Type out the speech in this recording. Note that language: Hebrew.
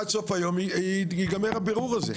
עד סוף היום, יגמר הבירור הזה.